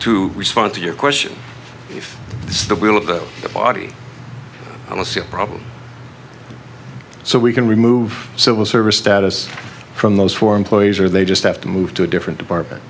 to respond to your question if this body i don't see a problem so we can remove civil service status from those four employees or they just have to move to a different department